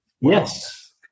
Yes